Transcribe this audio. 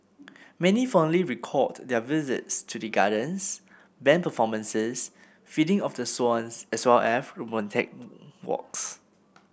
many fondly recalled their visits to the gardens band performances feeding of the swans as well as romantic walks